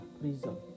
prison